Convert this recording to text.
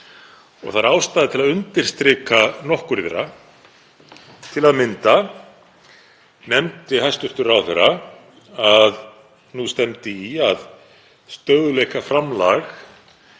og það er ástæða til að undirstrika nokkur þeirra. Til að mynda nefndi hæstv. ráðherra að nú stefndi í að stöðugleikaframlag